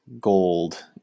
gold